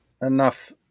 Enough